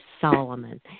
Solomon